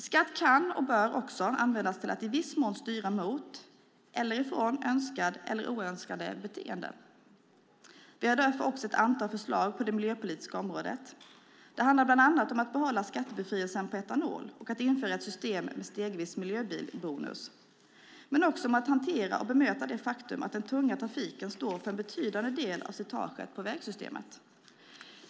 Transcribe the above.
Skatt kan och bör också användas till att i viss mån styra mot eller ifrån önskade eller oönskade beteenden. Vi har därför ett antal förslag på det miljöpolitiska området. Det handlar bland annat om att behålla skattebefrielsen på etanol och att införa ett system med stegvis miljöbilsbonus. Men det handlar också om att hantera och bemöta det faktum att den tunga trafiken står för en betydande del av slitaget på vägsystemet.